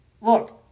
look